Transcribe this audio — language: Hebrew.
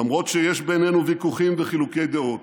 למרות שיש בינינו ויכוחים וחילוקי דעות,